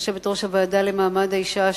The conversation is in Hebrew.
יושבת-ראש הוועדה למעמד האשה,